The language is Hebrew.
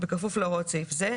בכפוף להוראות סעיף זה,